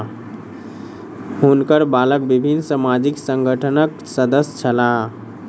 हुनकर बालक विभिन्न सामाजिक संगठनक सदस्य छला